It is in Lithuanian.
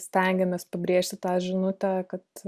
stengiamės pabrėžti tą žinutę kad